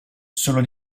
sono